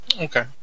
Okay